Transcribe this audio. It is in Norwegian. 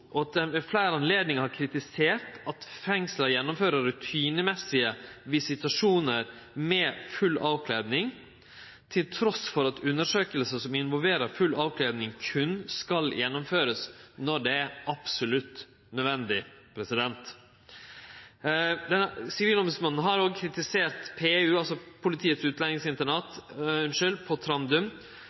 og at ho ved fleire høve har kritisert at fengsel gjennomfører rutinemessige visitasjonar med full avkleding, trass i at undersøkingar som involverer full avkleding, berre skal verte gjennomført når det er absolutt nødvendig. Sivilombodsmannen har òg kritisert PU, altså Politiets utlendingsinternat, på Trandum